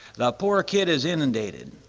the poor kid is inundated,